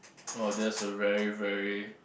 oh that's a very very